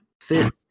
fit